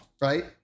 right